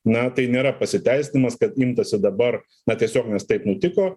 na tai nėra pasiteisinimas kad imtasi dabar na tiesiog nes taip nutiko